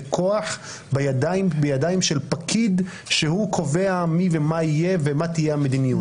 כוח בידיים של פקיד שקובע מי ומה יהיה ומה תהיה המדיניות.